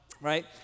right